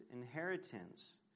inheritance